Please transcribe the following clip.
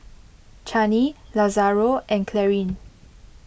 Chanie Lazaro and Clarine